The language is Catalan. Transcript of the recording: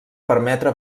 permetre